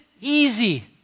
easy